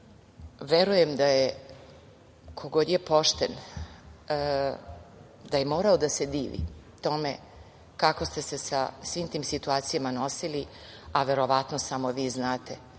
unošeni. Verujem da ko god je pošten da je morao da se divi tome kako ste se sa svim tim situacijama nosili, a verovatno samo vi znate